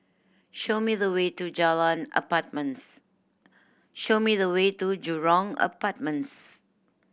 show me the way to Jalan Apartments show me the way to Jurong Apartments